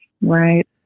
Right